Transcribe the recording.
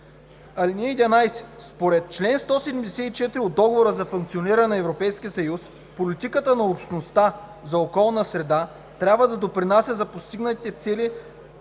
ал. 11. Според чл. 174 от Договора за функциониране на Европейския съюз „политиката на Общността за околна среда трябва да допринася за постигнати цели